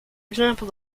example